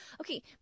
okay